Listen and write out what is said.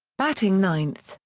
batting ninth,